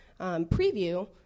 preview